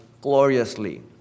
gloriously